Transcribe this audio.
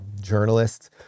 journalists